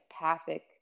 empathic